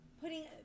putting